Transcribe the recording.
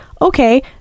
Okay